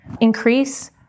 increase